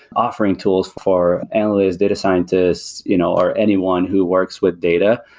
offering tools for analysts, data scientists, you know or anyone who works with data,